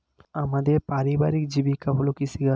আমাদের পারিবারিক জীবিকা হল কৃষিকাজ